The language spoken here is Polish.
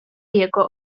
jego